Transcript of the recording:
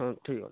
ହଁ ଠିକ୍ ଅଛି